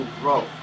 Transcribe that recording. grow